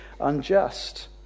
unjust